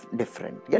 different